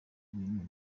ibintu